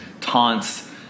taunts